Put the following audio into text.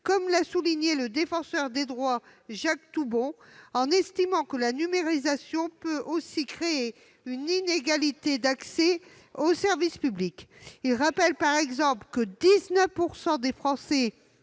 comme l'a souligné le Défenseur des droits, Jacques Toubon, en estimant que la numérisation peut aussi créer une inégalité d'accès aux services publics. Il rappelle par exemple que 19 % des Français